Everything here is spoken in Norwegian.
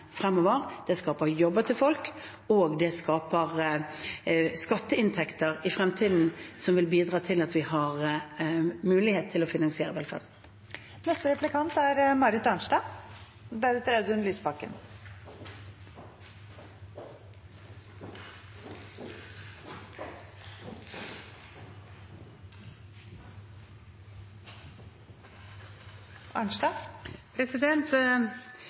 fremover. Det skaper jobber til folk, og det skaper skatteinntekter i fremtiden som vil bidra til at vi har mulighet til å finansiere